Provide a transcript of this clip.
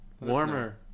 warmer